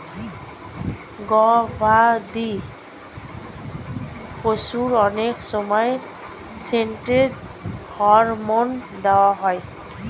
গবাদি পশুর অনেক সময় স্টেরয়েড হরমোন দেওয়া হয়